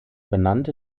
benannte